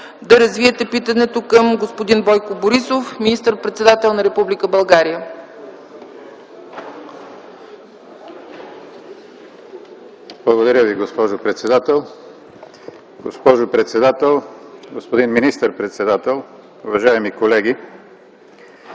да развиете питането си към господин Бойко Борисов – министър-председател на Република България. ГЕОРГИ ПИРИНСКИ (КБ): Благодаря Ви, госпожо председател. Госпожо председател, господин министър-председател, уважаеми колеги!